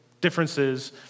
differences